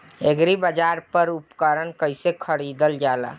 एग्रीबाजार पर उपकरण कइसे खरीदल जाला?